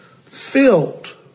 Filled